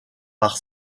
par